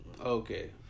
Okay